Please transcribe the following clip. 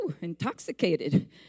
intoxicated